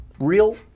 real